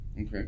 Okay